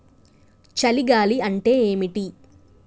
చలి గాలి అంటే ఏమిటి?